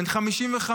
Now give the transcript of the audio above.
בן 55,